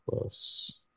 plus